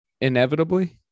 inevitably